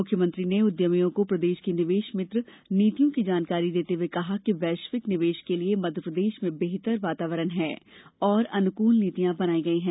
मुख्यमंत्री नाथ ने उद्यमियों को प्रदेश की निवेश मित्र नीतियों की जानकारी देते हुए कहा कि वैश्विक निवेश के लिए मध्यप्रदेश में बेहतर वातावरण है और अनुकूल नीतियाँ बनाई गई हैं